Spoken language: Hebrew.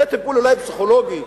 זה טיפול אולי פסיכולוגי,